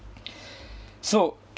so